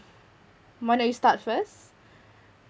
why not you start first